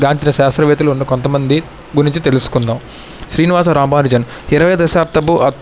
గాంచిన శాస్త్రవేత్తలున్న కొంత మంది గురించి తెలుసుకుందాము శ్రీనివాస రామానుజన్ ఇరవై దశాబ్దపు